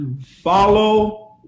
follow